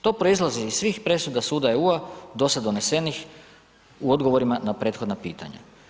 To proizlazi iz svih presuda suda EU do sad donesenih, u odgovorima na prethodna pitanja.